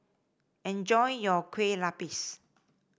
enjoy your Kue Lupis